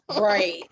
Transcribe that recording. Right